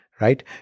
right